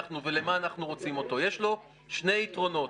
יש לו שני יתרונות.